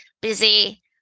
busy